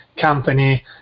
company